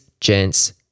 gents